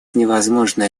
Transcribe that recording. невозможно